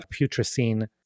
putrescine